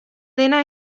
dena